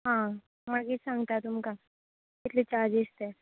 आं मागीर सांगता तुमकां कितले चार्जीस ते